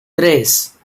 tres